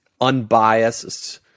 unbiased